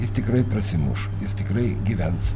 jis tikrai prasimuš jis tikrai gyvens